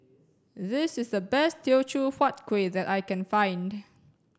this is the best Teochew Huat Kueh that I can find